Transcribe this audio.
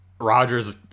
Rodgers